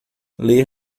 ler